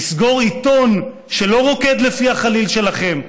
לסגור עיתון שלא רוקד לפי החליל שלכם.